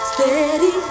Steady